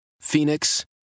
Phoenix